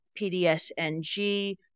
PDSNG